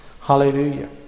Hallelujah